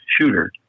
shooter